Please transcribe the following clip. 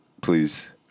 please